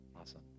Awesome